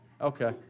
Okay